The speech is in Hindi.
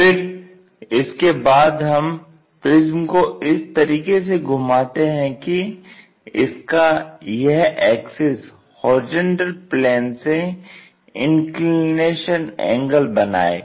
फिर इसके बाद हम प्रिज्म को इस तरीके से घुमाते हैं कि इसका यह एक्सिस HP से इंक्लिनेशन एंगल बनाए